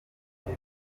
eric